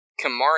Kamari